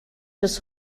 bis